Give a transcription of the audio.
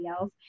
else